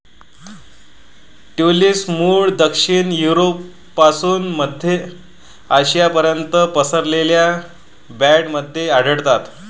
tulips मूळतः दक्षिण युरोपपासून मध्य आशियापर्यंत पसरलेल्या बँडमध्ये आढळतात